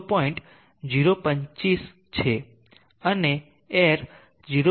025 છે અને એર 0